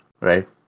right